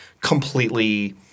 completely